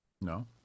No